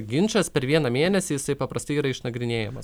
ginčas per vieną mėnesį jisai paprastai yra išnagrinėjamas